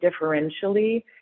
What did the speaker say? differentially